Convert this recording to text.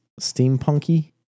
steampunky